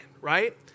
right